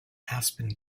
aspen